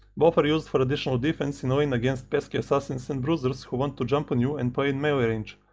both are used for additional defense in lane against pesky assassins and bruisers who want to jump on you and play in melee range.